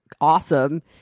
awesome